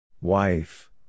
Wife